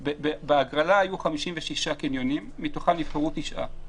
בהגרלה היו 56 קניונים, כשמתוכם נבחרו תשעה.